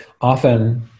often